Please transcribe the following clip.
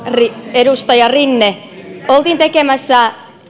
edustaja rinne oltiin tekemässä